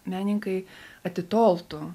menininkai atitoltų